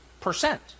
percent